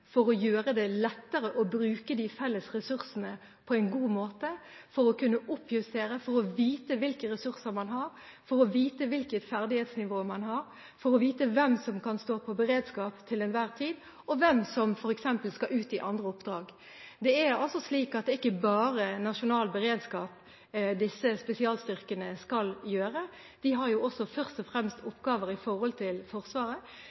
for å gjøre det lettere å bruke de felles ressursene på en god måte, for å kunne oppjustere, for å vite hvilke ressurser man har, for å vite hvilket ferdighetsnivå man har, for å vite hvem som kan stå på beredskap til enhver tid, og hvem som f.eks. skal ut i andre oppdrag. Det er altså slik at det er ikke bare nasjonalt beredskap disse spesialstyrkene skal gjøre. De har jo også først og fremst oppgaver for Forsvaret,